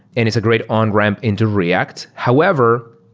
and it's a great on-ramp into react. however,